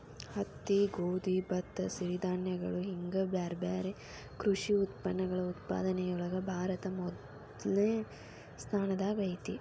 ಹತ್ತಿ, ಗೋಧಿ, ಭತ್ತ, ಸಿರಿಧಾನ್ಯಗಳು ಹಿಂಗ್ ಬ್ಯಾರ್ಬ್ಯಾರೇ ಕೃಷಿ ಉತ್ಪನ್ನಗಳ ಉತ್ಪಾದನೆಯೊಳಗ ಭಾರತ ಮೊದಲ್ನೇ ಸ್ಥಾನದಾಗ ಐತಿ